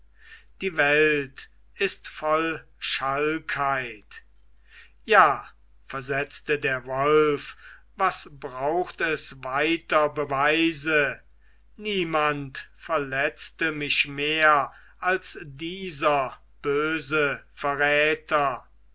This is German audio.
die welt ist voll schalkheit ja versetzte der wolf was braucht es weiter beweise niemand verletzte mich mehr als dieser böse verräter